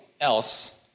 else